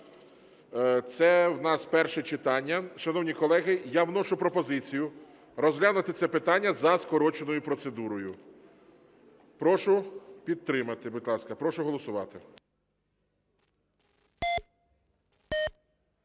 це у нас перше читання. Шановні колеги, я вношу пропозицію розглянути це питання за скороченою процедурою. Прошу підтримати, будь ласка. Прошу голосувати.